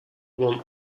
want